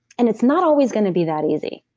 and it's not always going to be that easy,